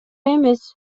эмес